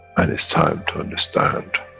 and it's time to understand,